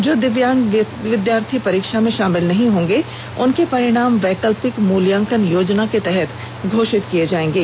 जो दिव्यांग विद्यार्थी परीक्षा नहीं देंगे उनके परिणाम वैकल्पिक मूल्यांकन योजना के तहत घोषित किए जाएंगे